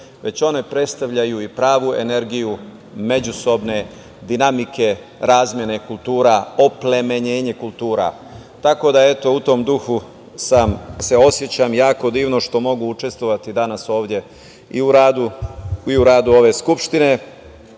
već one predstavljaju i pravu energiju međusobne dinamike razmene kultura, oplemenjene kultura.U tom duhu se osećam jako divno što mogu učestvovati danas ovde i u radu Skupštine.